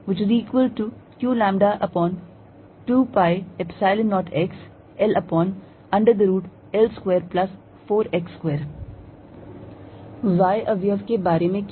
Fxqλx4π0tan 1tan 1xsec2θdθx3sec3qλ4π0xtan 1tan 1cosθdθqλ2π0xLL24x2 y अवयव के बारे में क्या